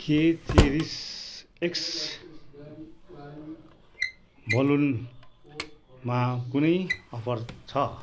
के चेरिस एक्स बलुनमा कुनै अफर छ